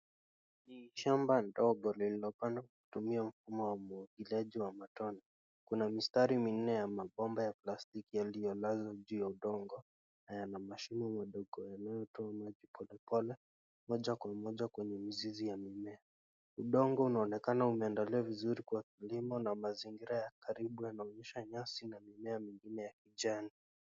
Ni shamba ndogo lililo pandwa kutumia mfumo wa umwagiliaji wa matone kuna mistari minne ya mabomba ya plastiki yaliyo lazwa juu ya udongo na yana mashimo madogo yanayo toa maji pole pole moja kwa moja kwenye mizizi ya mimea. Udongo unaonekana unaendelea vizuri kwa kilimo na mazingira ya karibu yaonaonyesha nyasi na mimea mingine ya kijani.